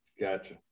Gotcha